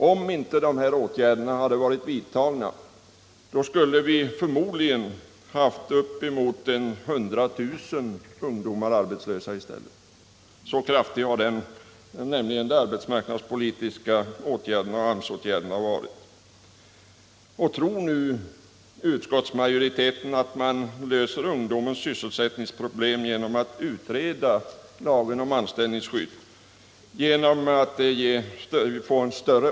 Om inte de åtgärderna hade vidtagits skulle vi förmodligen haft uppemot 100 000 ungdomar arbetslösa i stället — så kraftig verkan har nämligen Nr 33 de arbetsmarknadspolitiska åtgärderna och AMS-åtgärderna haft. Onsdagen den Tror nu utskottsmajoriteten att man löser ungdomens sysselsättnings 23 november 1977 problem genom att utreda lagen om anställningsskydd och genom större.